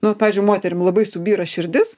nu vat pavyzdžiui moterim labai subyra širdis